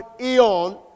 eon